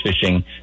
fishing